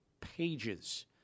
pages